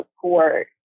support